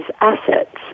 assets